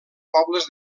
pobles